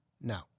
no